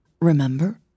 remember